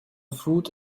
foot